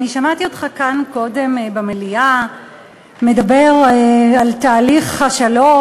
אני שמעתי אותך כאן קודם במליאה מדבר על תהליך השלום,